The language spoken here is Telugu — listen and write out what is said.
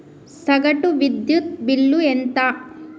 సగటు విద్యుత్ బిల్లు ఎంత?